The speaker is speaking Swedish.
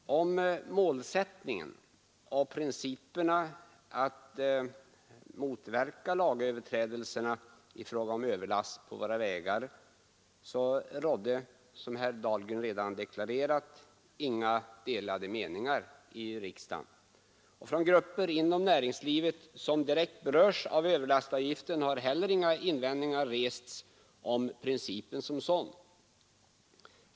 Om målsättningen och principerna att motverka lagöverträdelserna i fråga om överlast på våra vägar rådde, som herr Dahlgren redan deklarerat, inga delade meningar i riksdagen, och från grupper som direkt berörs har heller inga invändningar rests mot principen som sådan.